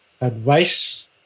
advice